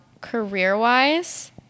career-wise